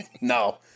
No